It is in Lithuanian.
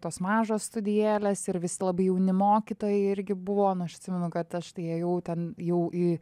tos mažos studijėlės ir visi labai jauni mokytojai irgi buvo nu aš atsimenu kad aš tai ėjau ten jau į